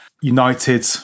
united